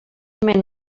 mena